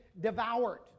devoured